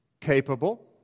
capable